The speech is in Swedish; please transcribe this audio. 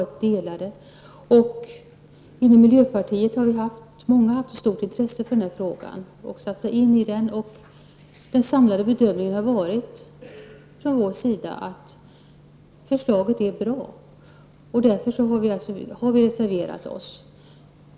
I miljöpartiet har många haft ett stort intresse för frågan. Den samlade bedömningen från vår sida är att förslaget är bra. Därför har vi reserverat oss.